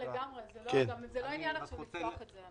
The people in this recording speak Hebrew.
זה לא עניין עכשיו לפתוח את זה.